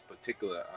particular